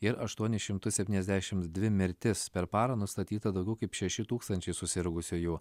ir aštuonis šimtus septyniasdešimt dvi mirtis per parą nustatyta daugiau kaip šeši tūkstančiai susirgusiųjų